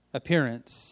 appearance